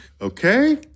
Okay